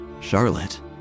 Charlotte